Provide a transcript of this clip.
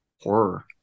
horror